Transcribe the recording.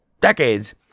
decades